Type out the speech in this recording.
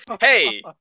hey